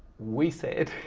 we said,